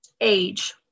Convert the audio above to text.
age